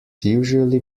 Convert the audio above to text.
usually